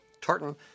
tartan